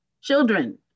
children